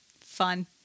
Fun